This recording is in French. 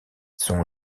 son